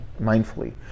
mindfully